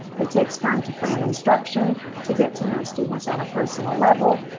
it takes time to plan instruction to get to know students on a personal level.